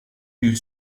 you